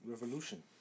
Revolution